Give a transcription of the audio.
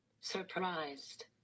...surprised